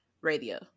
Radio